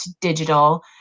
digital